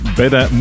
better